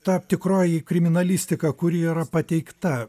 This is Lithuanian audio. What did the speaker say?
ta tikroji kriminalistika kuri yra pateikta